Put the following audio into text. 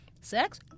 Sex